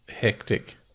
Hectic